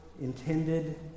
intended